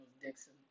Dixon